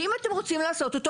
ואם אתם רוצים לעשות אותו,